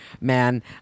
man